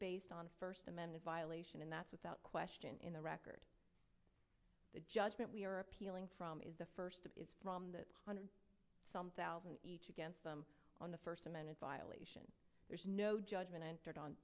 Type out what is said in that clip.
based on a first amendment violation and that's without question in the record the judgment we are appealing from is the first is from the some thousand each against them on the first amendment violation there's no judgment entered on